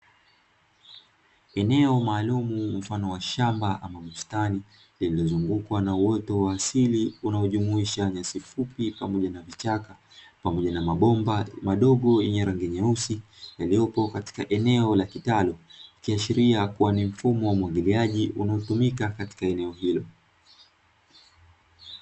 eneo maalum yenye mfano wa shamba na mabustani alizungukwa na uwezo wa asili, unajumuisha na nyasi fupi pamoja na kichaka pamoja na mabomba madogo yenye rangi nyeusi, yaliyopo katika eneo la kitalu kiashiria kuwa ni mfumo wa umwagiliaji unatumika katika eneo hilo.